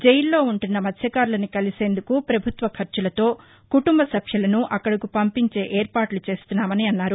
జైల్లో ఉంటున్న మత్స్టకారులను కలిసేందుకు పభుత్వ ఖర్చులతో కుటుంబ సభ్యులను అక్కడకు పంపించే ఏర్పాట్ల చేస్తున్నామని అన్నారు